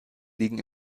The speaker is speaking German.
liegen